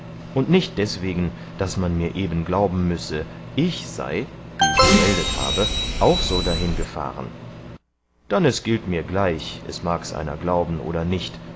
und nicht deswegen daß man mir eben glauben müsse ich sei wie ich gemeldet habe auch so dahingefahren dann es gilt mir gleich es mags einer glauben oder nicht